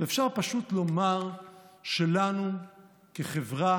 ואפשר פשוט לומר שלנו כחברה,